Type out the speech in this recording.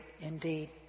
indeed